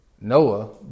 Noah